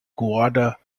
guadalajara